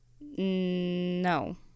No